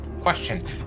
question